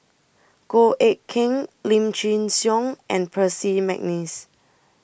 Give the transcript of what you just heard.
Goh Eck Kheng Lim Chin Siong and Percy Mcneice